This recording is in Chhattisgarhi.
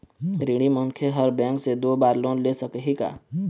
ऋणी मनखे हर बैंक से दो बार लोन ले सकही का?